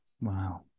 Wow